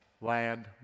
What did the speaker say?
land